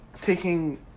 taking